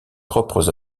propres